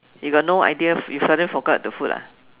you got no idea you suddenly forgot the food lah